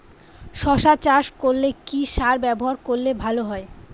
শশা চাষ করলে কি সার ব্যবহার করলে ভালো হয়?